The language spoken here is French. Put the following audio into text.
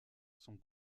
sont